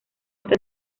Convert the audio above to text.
hasta